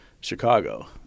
Chicago